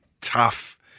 tough